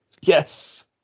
Yes